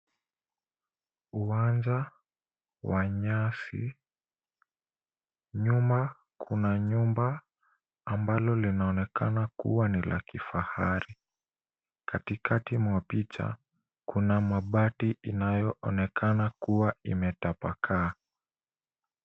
Uwanja wa nyasi. Nyuma kuna nyumba ambalo linaonekana kuwa ni la kifahari. Katikati mwa picha kuna mabati inayoonekana kuwa imetapakaa.